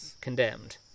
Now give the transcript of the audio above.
condemned